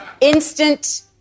instant